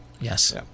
Yes